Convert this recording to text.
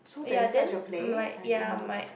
ya then my ya my